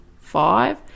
five